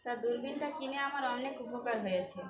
তা দূরবীনটা কিনে আমার অনেক উপকার হয়েছে